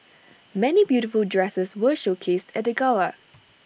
many beautiful dresses were showcased at the gala